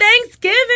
Thanksgiving